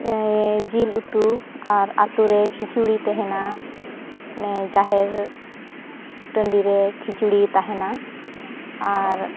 ᱡᱤᱞ ᱩᱛᱩ ᱟᱨ ᱟᱛᱳ ᱨᱮ ᱠᱷᱤᱪᱩᱲᱤ ᱛᱟᱦᱮᱱᱟ ᱢᱟᱱᱮ ᱡᱟᱦᱮᱨ ᱴᱟᱺᱰᱤ ᱨᱮ ᱠᱷᱤᱪᱩᱲᱤ ᱛᱟᱦᱮᱱᱟ ᱟᱨ